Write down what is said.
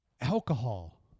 Alcohol